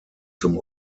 zum